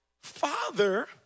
father